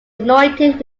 anointed